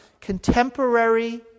contemporary